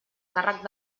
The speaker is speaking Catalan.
càrrec